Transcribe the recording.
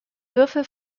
würfel